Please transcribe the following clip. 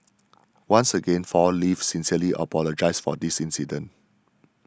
once again Four Leaves sincerely apologises for this incident